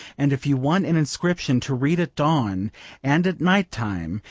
and if you want an inscription to read at dawn and at night-time,